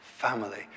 family